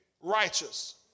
righteous